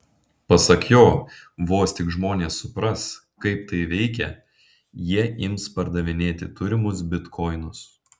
pasak jo vos tik žmonės supras kaip tai veikia jie ims pardavinėti turimus bitkoinus